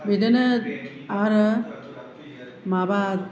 बिदिनो आरो माबा